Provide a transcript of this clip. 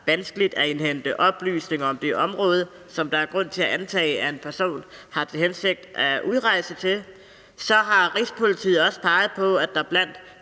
vanskeligt at indhente oplysninger om det område, som der er grund til at antage at en person har til hensigt at udrejse til. Så har Rigspolitiet også peget på, at der blandt